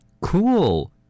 Cool